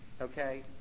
okay